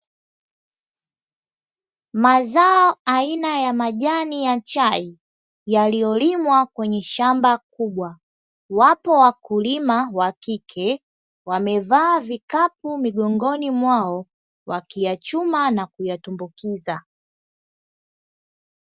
Mazao aina ya majani ya chai yaliyolimwa kwenye shamba kubwa, wapo wakulima wa kike wamevaa vikapu migongoni mwao, wakiyachuma na kuyatumbukiza.